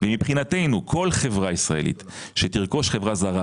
ומבחינתנו כל חברה ישראלית שתרכוש חברה זרה